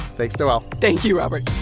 thanks, noel thank you, robert